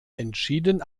entschieden